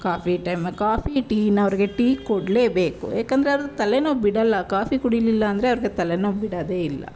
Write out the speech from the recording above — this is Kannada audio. ಕಾಫಿ ಟೈಮಲ್ಲಿ ಕಾಫಿ ಟೀನವ್ರಿಗೆ ಟೀ ಕೊಡಲೇಬೇಕು ಏಕೆಂದ್ರೆ ಅವ್ರ್ದು ತಲೆನೋವು ಬಿಡೋಲ್ಲ ಕಾಫಿ ಕುಡಿಲಿಲ್ಲ ಅಂದ್ರೆ ಅವ್ರಿಗೆ ತಲೆನೋವು ಬಿಡೋದೇ ಇಲ್ಲ